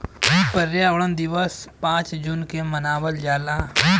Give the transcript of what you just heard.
पर्यावरण दिवस पाँच जून के मनावल जाला